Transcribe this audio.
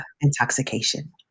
intoxication